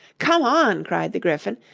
come on cried the gryphon,